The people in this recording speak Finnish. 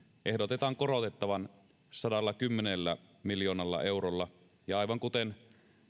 ehdotetaan korotettavan sadallakymmenellä miljoonalla eurolla ja aivan kuten